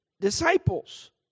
disciples